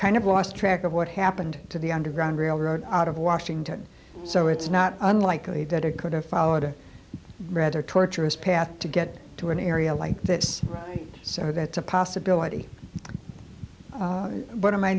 kind of lost track of what happened to the underground railroad out of washington so it's not unlikely that it could have followed a red torturers path to get to an area like this so that's a possibility but am i